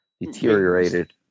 deteriorated